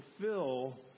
fulfill